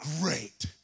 great